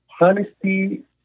honesty